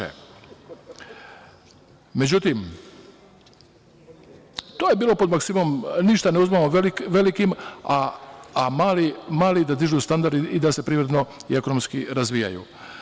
Međutim, to je bilo pod maksimom ništa ne uzimamo velikim, a mali da dižu standard i da se privredno i ekonomski razvijaju.